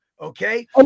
Okay